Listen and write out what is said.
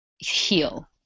heal